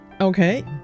Okay